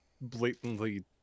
blatantly